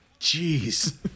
Jeez